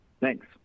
Thanks